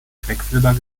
quecksilber